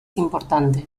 importante